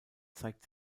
zeigt